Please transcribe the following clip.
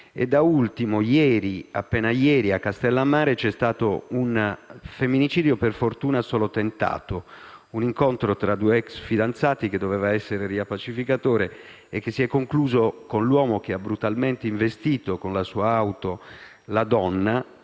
Da ultimo, appena ieri, a Castellammare c'è stato un femminicidio per fortuna solo tentato: un incontro tra due ex fidanzati, che doveva essere rappacificatore e che si è concluso con l'uomo che ha brutalmente investito con la sua auto la donna